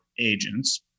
agents